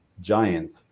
giant